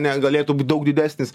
negalėtų būt daug didesnis